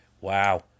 Wow